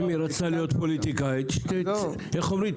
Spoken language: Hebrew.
אם היא רוצה להיות פוליטיקאית, איך אומרים?